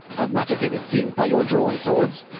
a matachin it seems by your drawn swords.